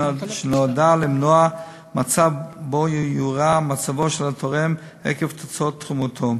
שנועדה למנוע מצב שבו יורע מצבו של התורם עקב תוצאות תרומתו.